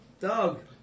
Dog